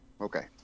Okay